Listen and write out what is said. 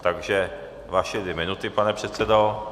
Takže vaše dvě minuty, pane předsedo.